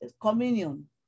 communion